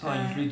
ah